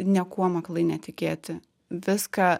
niekuom aklai netikėti viską